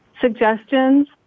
suggestions